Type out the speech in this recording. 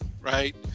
right